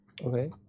Okay